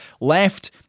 left